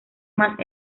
más